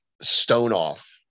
stone-off